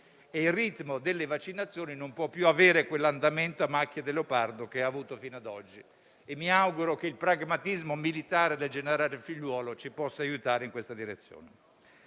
il ritmo delle vaccinazioni non può più avere quell'andamento a macchia di leopardo che ha avuto fino ad oggi. Mi auguro che il pragmatismo militare del generare Figliuolo ci possa aiutare in questa direzione.